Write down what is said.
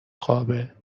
خوابه